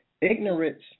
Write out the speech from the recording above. ignorance